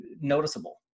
noticeable